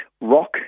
Rock